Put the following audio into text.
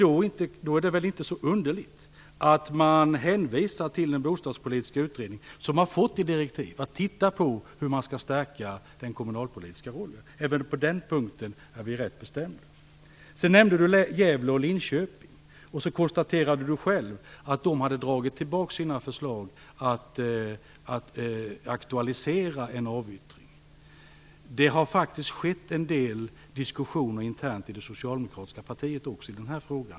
Då är det väl inte så underligt att man hänvisar till den bostadspolitiska utredningen som har fått i direktiv att se på hur man skall stärka den kommunalpolitiska rollen. Även på den punkten är vi rätt bestämda. Owe Hellberg nämnde Gävle och Linköping och konstaterade att man där hade dragit tillbaka sina förslag att aktualisera en avyttring. Jag kan försäkra Owe Hellberg att det faktiskt har skett en del diskussioner internt i det socialdemokratiska partiet också i denna fråga.